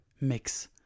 mix